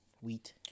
wheat